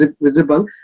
visible